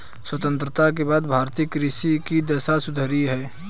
स्वतंत्रता के बाद भारतीय कृषि की दशा सुधरी है